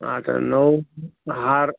आता नऊ हार